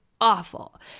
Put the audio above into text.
Awful